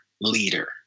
leader